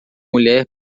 mulher